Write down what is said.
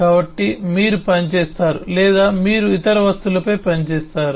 కాబట్టి మీరు పని చేస్తారు లేదా మీరు ఇతర వస్తువులపై పనిచేస్తారు